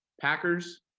Packers